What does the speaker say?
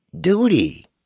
duty